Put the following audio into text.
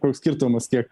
koks skirtumas kiek